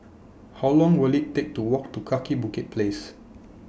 How Long Will IT Take to Walk to Kaki Bukit Place